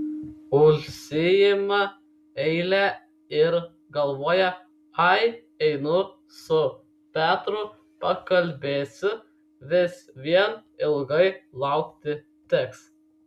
užsiima eilę ir galvoja ai einu su petru pakalbėsiu vis vien ilgai laukti teks